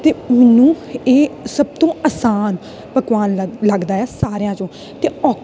ਅਤੇ ਮੈਨੂੰ ਇਹ ਸਭ ਤੋਂ ਆਸਾਨ ਪਕਵਾਨ ਲੱਗ ਲੱਗਦਾ ਹੈ ਸਾਰਿਆਂ 'ਚੋਂ ਅਤੇ ਔਖਾ